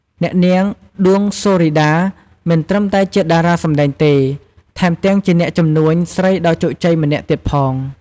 អ្នកនាង ដួង ហ្សូរីដា មិនត្រឹមតែជាតារាសម្តែងទេ ថែមទាំងជាអ្នកជំនួញស្រីដ៏ជោគជ័យម្នាក់ទៀតផង។